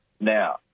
Now